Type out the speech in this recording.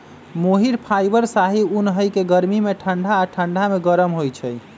मोहिर fibre शाहि उन हइ के गर्मी में ठण्डा आऽ ठण्डा में गरम होइ छइ